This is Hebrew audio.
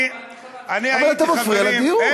אבל אתה מפריע לדיון.